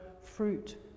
fruit